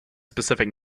specific